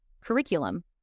curriculum